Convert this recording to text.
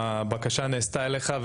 הבקשה נעשתה אליך,